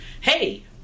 hey